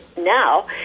now